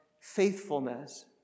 faithfulness